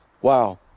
Wow